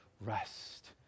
rest